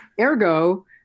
Ergo